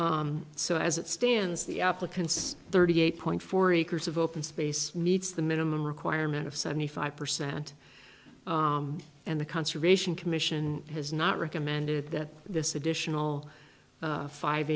space so as it stands the applicants thirty eight point four acres of open space meets the minimum requirement of seventy five percent and the conservation commission has not recommended that this additional five